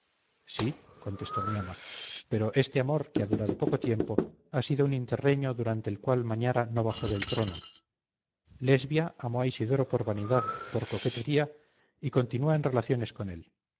sí contestó mi ama pero este amor que ha durado poco tiempo ha sido un interregno durante el cual mañara no bajó del trono lesbia amó a isidoro por vanidad por coquetería y continúa en relaciones con él